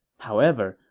however,